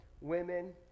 women